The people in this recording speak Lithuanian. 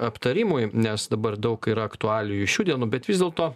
aptarimui nes dabar daug ir aktualijų šių dienų bet vis dėlto